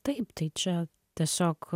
taip tai čia tiesiog